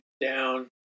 down